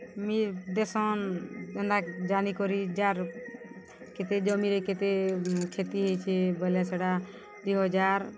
ମି ଦେସନ୍ ଯେନ୍ତା ଜାନିିକରି ଯାର୍ କେତେ ଜମିରେ କେତେ କ୍ଷତି ହେଇଛେ ବଏଲେ ସେଟା ଦି ହଜାର୍